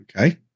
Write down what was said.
Okay